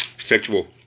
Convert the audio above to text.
sexual